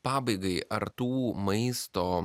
pabaigai ar tų maisto